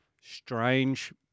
Strange